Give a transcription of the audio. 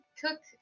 cook